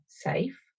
safe